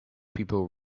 people